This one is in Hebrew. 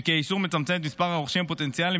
וכי האיסור מצמצם את מספר הרוכשים הפוטנציאליים